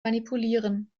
manipulieren